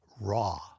raw